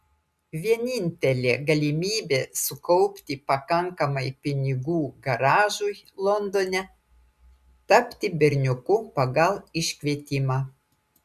vienintelė galimybė sukaupti pakankamai pinigų garažui londone tapti berniuku pagal iškvietimą